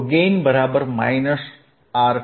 gain R2R1